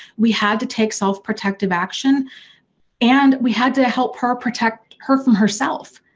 we had to take self protective action and we had to help her protect her from herself.